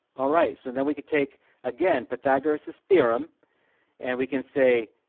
all right, so and then we could take again pythagoras theorem and we can say